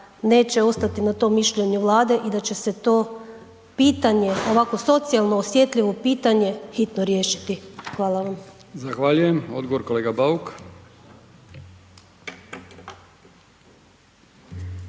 neće ostati na tom mišljenju Vlade i da će se to pitanje, ovako socijalno, osjetljivo pitanje hitno riješiti. Hvala vam. **Brkić, Milijan (HDZ)** Zahvaljujem. Odgovor kolega Bauk.